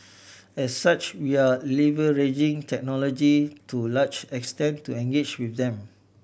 as such we are leveraging technology to large extent to engage with them